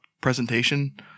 presentation